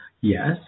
yes